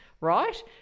right